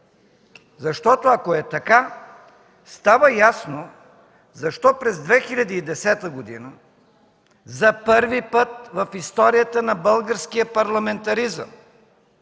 Защото, ако е така, става ясно защо през 2010 г. за първи път в историята на българския парламентаризъм